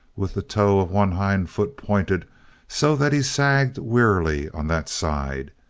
with the toe of one hind foot pointed so that he sagged wearily on that side,